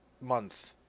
month